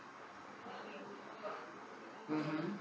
mmhmm